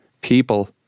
people